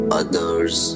others